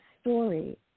story